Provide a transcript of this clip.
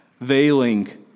veiling